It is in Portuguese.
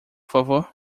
favor